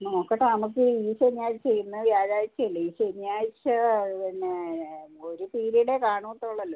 നോക്കട്ടെ നമുക്ക് ഈ ശനിയാഴ്ച ഇന്ന് വ്യാഴാഴ്ചയല്ലേ ഈ ശനിയാഴ്ച പിന്നെ ഒരു പിരീഡേ കാണോത്തുള്ളല്ലോ